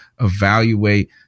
evaluate